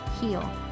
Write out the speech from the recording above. Heal